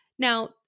Now